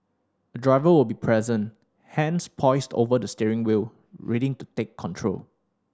a driver will be present hands poised over the steering wheel ready to take control